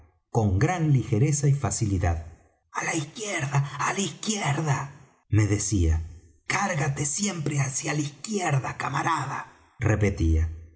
con gran ligereza y facilidad á la izquierda á la izquierda me decía cárgate siempre hacia la izquierda camarada repetía